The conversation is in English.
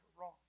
wrong